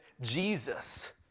Jesus